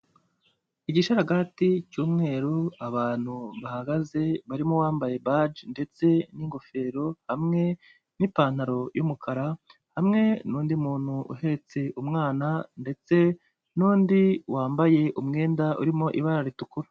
Igisharagati cy'umweru, abantu bahagaze barimo uwambambaye baji, ndetse n'ingofero, hamwe n'ipantaro y'umukara, hamwe n'undi muntu uhetse umwana, ndetse n'undi wambaye umwenda urimo ibara ritukura.